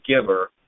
giver